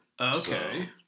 Okay